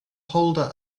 holder